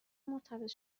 مرتبط